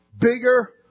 bigger